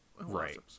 Right